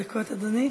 שלוש דקות, אדוני,